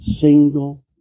single